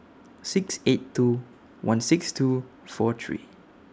six eight two one six two four three